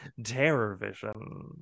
TerrorVision